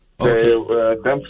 Okay